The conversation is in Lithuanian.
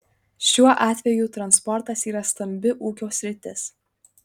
šiuo atveju transportas yra stambi ūkio sritis